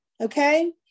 okay